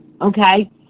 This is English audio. Okay